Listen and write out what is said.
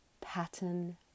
Pattern